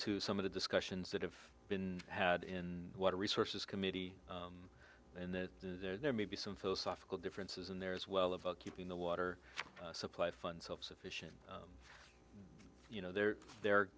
to some of the discussions that have been had in water resources committee and that there may be some philosophical differences in there as well of keeping the water supply fund self sufficient you know there there